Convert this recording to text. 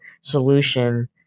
solution